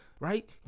right